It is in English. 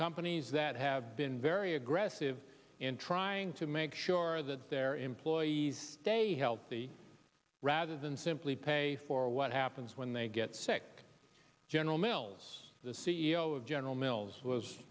companies that have been very aggressive in trying to make sure that their employees stay healthy rather than simply pay for what happens when they get sick general mills the c e o of general mills was